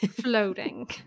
floating